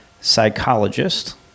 psychologist